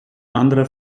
andere